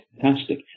fantastic